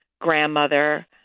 grandmother